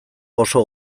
oso